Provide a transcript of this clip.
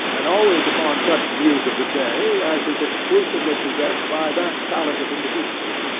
and always upon such news of the day as is exclusively possessed by that talented individual.